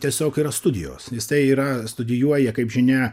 tiesiog yra studijos jisai yra studijuoja kaip žinia